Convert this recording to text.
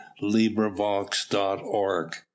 LibriVox.org